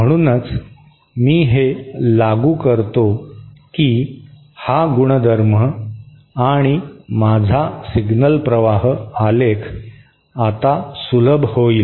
म्हणूनच मी हे लागू करतो की हा गुणधर्म आणि माझा सिग्नल प्रवाह आलेख आता सुलभ होईल